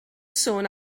sôn